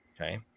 Okay